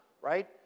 right